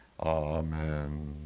Amen